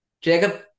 Jacob